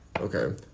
Okay